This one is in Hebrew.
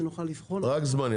כדי שנוכל לבחון --- רק זמני.